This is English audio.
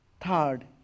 Third